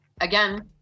again